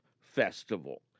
festival